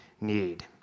need